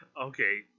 okay